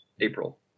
April